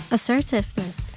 Assertiveness